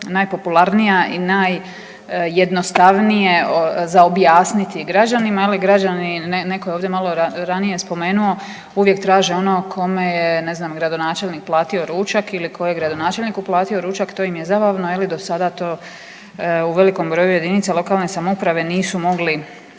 najpopularnije i najjednostavnije za objasniti građanima je li građani netko je ovdje malo ranije spomenuo, uvijek traže ono kome je ne znam gradonačelnik platio ručak ili tko je gradonačelniku platio ručak, to im je zabavno je li do sada to u velikom broju jedinica lokalne samouprave nisu mogli